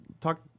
talk